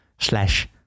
slash